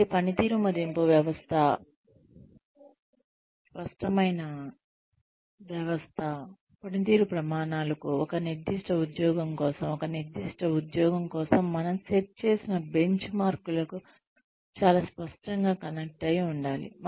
కాబట్టి పనితీరు మదింపు వ్యవస్థ పనితీరు ప్రమాణాలకు ఒక నిర్దిష్ట ఉద్యోగం కోసం ఒక నిర్దిష్ట ఉద్యోగం కోసం మనం సెట్ చేసిన బెంచ్మార్క్లకు చాలా స్పష్టంగా కనెక్ట్ అయి ఉండాలి